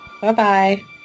Bye-bye